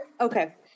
Okay